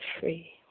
free